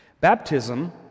Baptism